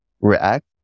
react